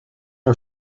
her